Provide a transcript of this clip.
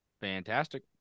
fantastic